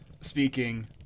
Speaking